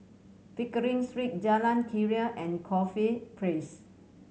Pickering Street Jalan Keria and Corfe Place